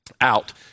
out